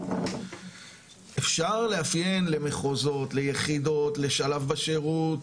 אפשר לאפיין למחוזות, ליחידות, לשלב בשירות?